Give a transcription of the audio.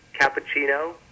Cappuccino